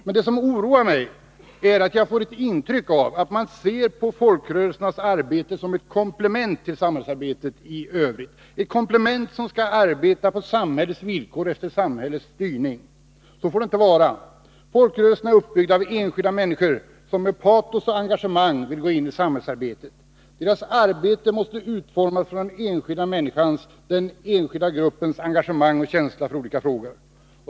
Men det som ororar mig är att jag får ett intryck av att man ser på folkrörelsernas arbete som ett komplement till samhällsarbetet i övrigt, ett komplement som skall fungera på samhällets villkor och efter samhällets styrning. Så får det inte vara. Folkrörelserna är uppbyggda av enskilda människor som med patos och engagemang vill gå in i samhällsarbetet. Deras arbete måste utformas utifrån den enskilda människans och den enskilda gruppens engagemang och känsla för olika frågor.